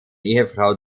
ehefrau